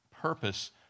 purpose